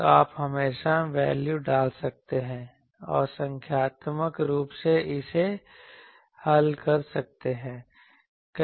तो आप हमेशा वैल्यू डाल सकते हैं और संख्यात्मक रूप से इसे हल कर सकते हैं